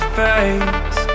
face